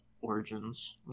Origins